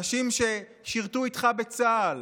אנשים ששירתו איתך בצה"ל,